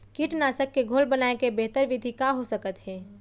कीटनाशक के घोल बनाए के बेहतर विधि का हो सकत हे?